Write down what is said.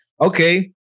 okay